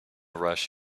rush